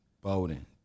Bowden